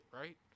right